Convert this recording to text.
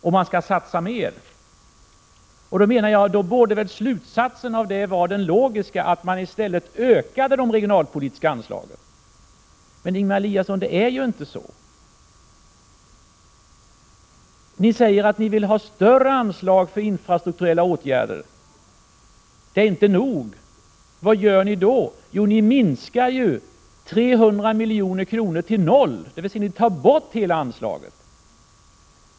Då borde väl den logiska slutsatsen av det vara att man i stället ökade de regionalpolitiska anslagen. Men Ingemar Eliasson, det är ju inte så. Ni säger att ni vill ha större anslag för infrastrukturella åtgärder, eftersom de föreslagna inte är nog. Vad gör ni då? Jo, ni minskar de 300 miljonerna till 0, dvs. ni tar bort hela anslaget.